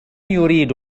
يريد